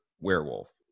werewolf